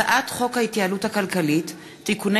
הצעת חוק ההתייעלות הכלכלית (תיקוני